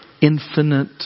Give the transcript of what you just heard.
infinite